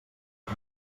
ens